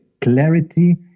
clarity